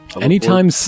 Anytime